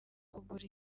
kugura